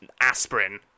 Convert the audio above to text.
aspirin